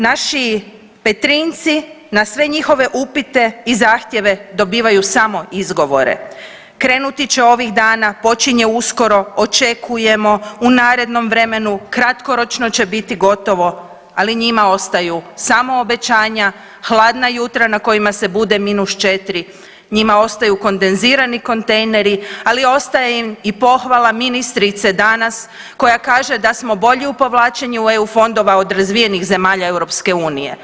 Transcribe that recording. Naši Petrinjci na sve njihove upite i zahtjeve dobivaju samo izgovore, krenuti će ovih dana, počinje uskoro, očekujemo u narednom vremenu, kratkoročno će biti gotovo, ali njima ostaju samo obećanja, hladna jutra na kojima se bude -4, njima ostaju kondenzirani kontejneri, ali ostaje im i pohvala ministrice danas koja kaže da smo bolji u povlačenju EU fondova od razvijenih zemalja EU.